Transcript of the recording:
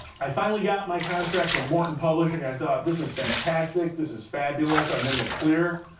i finally got my contract from morton publishing. i thought, this is fantastic, this is fabulous, i'm in the clear.